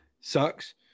sucks